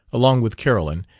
along with carolyn,